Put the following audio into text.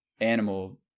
Animal